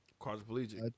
Quadriplegic